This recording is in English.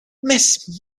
miss